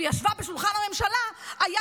אני רוצה לומר את הדבר הבא: אני לא שומעת, ואני